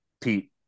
Pete